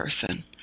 person